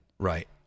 Right